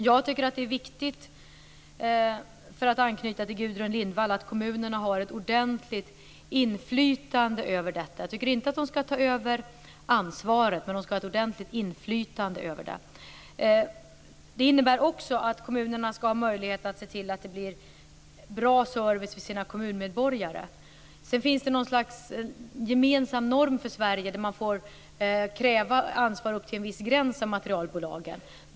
Jag tycker att det är viktigt, för att anknyta till Gudrun Lindvall, att kommunerna har ett ordentligt inflytande över detta. Jag tycker inte att de skall ta över ansvaret, men de skall ha ett ordentlig inflytande. Det innebär också att kommunerna skall ha möjlighet att se till att det blir bra service för deras kommunmedborgare. Det finns något slags gemensam norm för Sverige. Man får kräva ansvar upp till en viss gräns av materialbolagen.